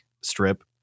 strip